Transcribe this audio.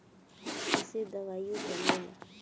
ऐइसे दवाइयो बनेला